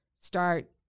start –